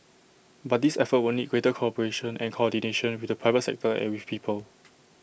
but this effort will need greater cooperation and coordination with the private sector and with people